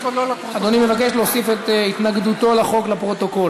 התשע"ו 2015,